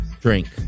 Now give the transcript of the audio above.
drink